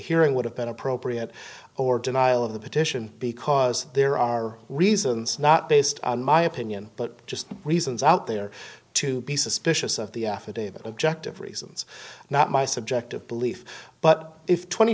hearing would have been appropriate or denial of the petition because there are reasons not based on my opinion but just reasons out there to be suspicious of the affidavit objective reasons not my subjective belief but if tw